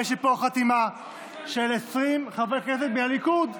יש לי פה חתימה של 20 חברי כנסת מהליכוד.